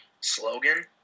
slogan